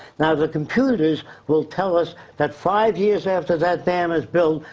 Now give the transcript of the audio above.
now, the computers will tell us that five years after that dam is built,